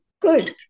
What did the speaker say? Good